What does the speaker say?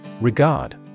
Regard